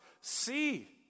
See